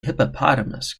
hippopotamus